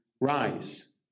Rise